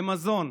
למזון,